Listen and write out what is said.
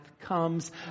comes